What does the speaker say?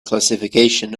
classification